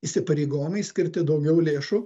įsipareigojimai skirti daugiau lėšų